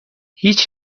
هیچ